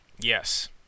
Yes